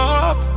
up